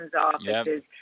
offices